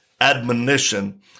admonition